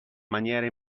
maniera